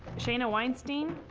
shayna weinstein,